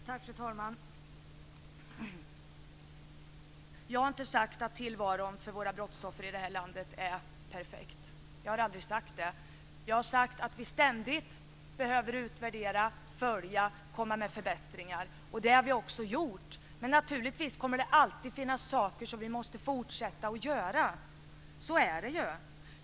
Fru talman! Jag har aldrig sagt att tillvaron för brottsoffren i det här landet är perfekt. Jag har sagt att vi ständigt behöver utvärdera, följa utvecklingen och komma med förslag till förbättringar, vilket vi också har gjort. Men naturligtvis finns det saker som vi alltid måste fortsätta att jobba med. Så är det ju.